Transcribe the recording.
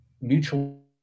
mutual